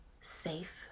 safe